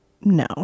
No